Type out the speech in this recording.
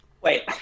wait